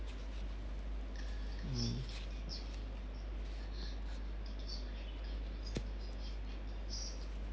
mm